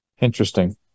Interesting